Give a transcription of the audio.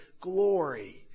glory